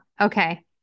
Okay